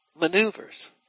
maneuvers